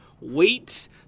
wait